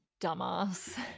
dumbass